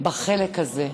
בחלק הזה.